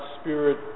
spirit